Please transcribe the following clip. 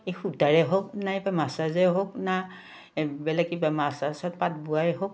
এই সূতাৰেই হওক নাইবা মাছাজে হওক না বেলেগ কিবা পাত বোৱাই হওক